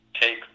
take